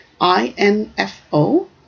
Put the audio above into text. I-N-F-O